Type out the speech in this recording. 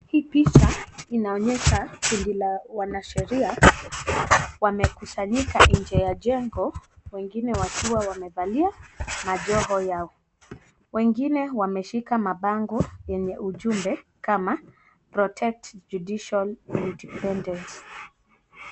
Hii picha inaonyesha kundi la wanasheria wamekusanyika nje ya jengo wengine wakiwa wamevalia majoho yao. Wengine wameshika mabango yenye ujumbe kama protect judicial independency .